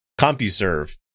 CompuServe